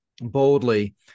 boldly